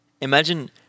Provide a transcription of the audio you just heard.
Imagine